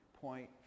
point